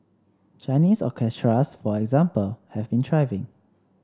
Chinese orchestras for example have been thriving